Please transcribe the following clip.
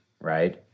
right